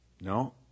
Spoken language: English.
No